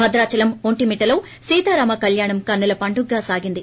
భద్రాచలం ఒంటిమిట్టలో సీతారామ కళ్యాణం కన్నుల పండువుగా జరిగింది